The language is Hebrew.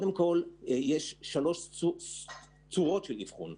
יש שלוש צורות של אבחון.